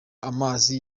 amazi